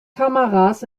kameras